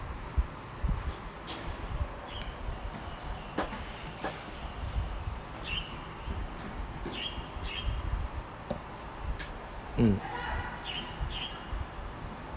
mm